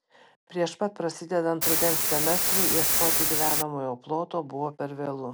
prieš pat prasidedant rudens semestrui ieškoti gyvenamojo ploto buvo per vėlu